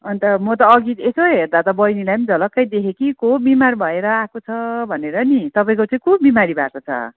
अन्त म त अघि यसो हेर्दा त बहिनीलाई पनि झलक्कै देखेँ कि को बिमार भएर आएको छ भनेर नि तपाईँको चाहिँ को बिमारी भाएको छ